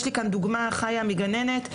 יש לי כאן דוגמה חיה מגננת,